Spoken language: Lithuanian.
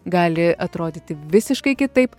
gali atrodyti visiškai kitaip